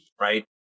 right